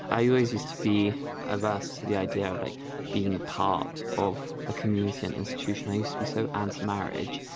i always used to be adverse to the idea of like being part of a community, an and institution, i used to be so anti-marriage,